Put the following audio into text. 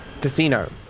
casino